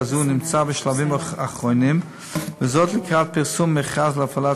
זו נמצא בשלבים אחרונים לקראת פרסום מכרז להפעלת